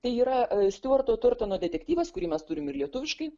tai yra stiuarto turtono detektyvas kurį mes turim ir lietuviškai